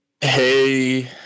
Hey